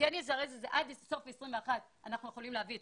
להערכתי עד סוף 2021 אנחנו יכולים להביא את